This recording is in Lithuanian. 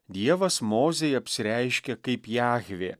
dievas mozei apsireiškia kaip jahvė